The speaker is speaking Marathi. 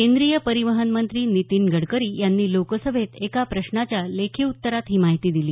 केंद्रीय परिवहन मंत्री नीतिन गडकरी यांनी लोकसभेत एका प्रश्नाच्या लेखी उत्तरात ही माहिती दिली